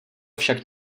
však